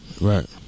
Right